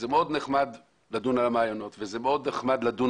זה מאוד נחמד לדון על המעיינות ומאוד נחמד לדון